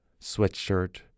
sweatshirt